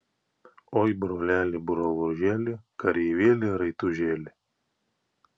oi broleli brolužėli kareivėli raitužėli